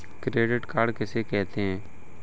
Credit card किसे कहते हैं?